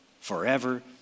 forever